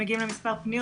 מגיעים למספר פגיעות,